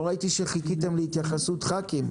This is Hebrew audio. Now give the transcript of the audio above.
לא ראיתי שחיכיתם להתייחסות של חברי כנסת.